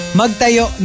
magtayo